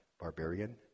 barbarian